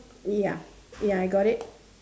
ya ya I got it